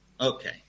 Okay